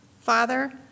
Father